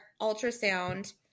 ultrasound